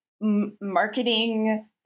marketing